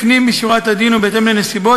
לפנים משורת הדין ובהתאם לנסיבות,